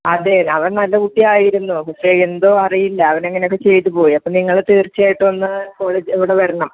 അതെ അവൻ നല്ല കുട്ടിയായിരുന്നു പക്ഷേ എന്തോ അറിയില്ല അവൻ അങ്ങനെയൊക്കെ ചെയ്ത് പോയി അപ്പം നിങ്ങൾ തീർച്ചയായിട്ടും ഒന്ന് കോളേജ് ഇവിടെ വരണം